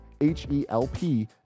H-E-L-P